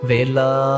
Vela